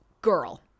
girl